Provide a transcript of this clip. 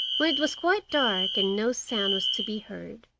when it was quite dark and no sound was to be heard,